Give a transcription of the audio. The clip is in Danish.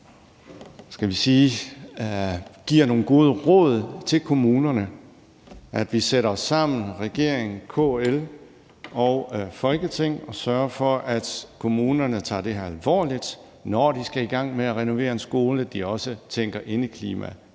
giver nogle gode råd til kommunerne, og at vi, altså regeringen, KL og Folketinget, sætter os sammen og sørger for, at kommunerne tager det her alvorligt, så de, når de skal i gang med at renovere en skole, også tænker også indeklima ind.